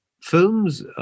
films